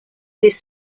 this